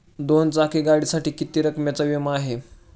दोन चाकी गाडीसाठी किती रकमेचा विमा आहे?